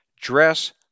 dress